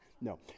No